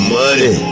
money